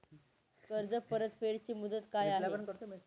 कर्ज परतफेड ची मुदत काय आहे?